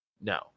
no